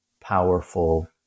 powerful